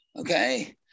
okay